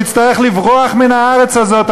הוא יצטרך לברוח מן הארץ הזאת,